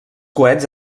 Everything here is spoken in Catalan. coets